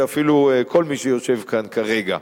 ואפילו כל מי שיושב כאן כרגע.